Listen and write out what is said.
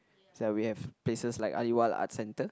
is like we have places like Aliwal-art-centre